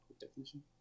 definition